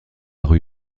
rue